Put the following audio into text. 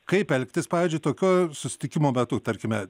kaip elgtis pavyzdžiui tokio susitikimo metu tarkime